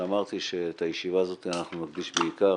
כשאמרתי שאת הישיבה הזאת אנחנו נקדיש בעיקר